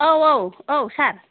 औ औ औ सार